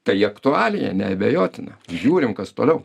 tai aktualija neabejotina žiūrim kas toliau